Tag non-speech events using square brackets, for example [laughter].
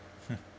[noise]